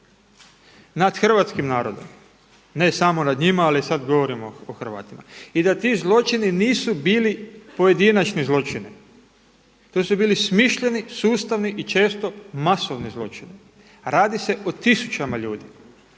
nad hrvatskim narodom, ne samo nad njima, ali sada govorim o Hrvatima i da ti zločini nisu bili pojedinačni zločini, to su bili smišljeni, sustavni i često masovni zločini. Radi se o tisućama ljudi,